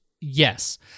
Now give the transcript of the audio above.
yes